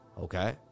okay